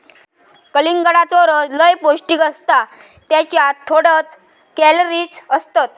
कलिंगडाचो रस लय पौंष्टिक असता त्येच्यात थोडेच कॅलरीज असतत